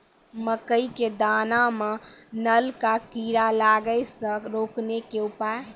मकई के दाना मां नल का कीड़ा लागे से रोकने के उपाय?